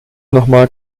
nochmal